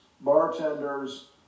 bartenders